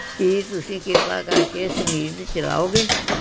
ਕੀ ਤੁਸੀਂ ਕਿਰਪਾ ਕਰਕੇ ਸੰਗੀਤ ਚਲਾਓਗੇ